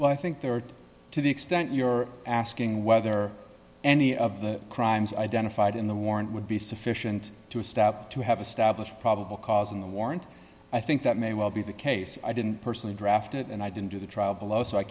well i think there are to the extent you're asking whether any of the crimes identified in the warrant would be sufficient to a stop to have established probable cause in the warrant i think that may well be the case i didn't personally draft it and i didn't do the trial below so i